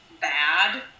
bad